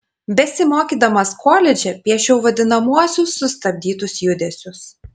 besimokydamas koledže piešiau vadinamuosius sustabdytus judesius